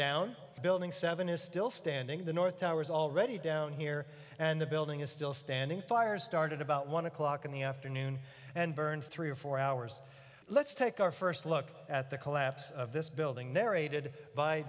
down building seven is still standing the north tower is already down here and the building is still standing fire started about one o'clock in the afternoon and burned three or four hours let's take our first look at the collapse of this building